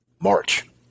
March